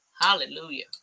hallelujah